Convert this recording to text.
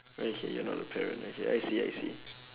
okay you're not a parent okay I see I see